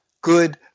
good